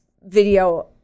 video